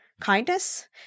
kindness